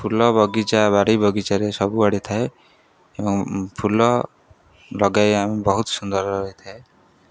ଫୁଲ ବଗିଚା ବାରି ବଗିଚାରେ ସବୁ ଆଡ଼େ ଥାଏ ଏବଂ ଫୁଲ ଲଗାଇ ଆମେ ବହୁତ ସୁନ୍ଦର ରହିଥାଏ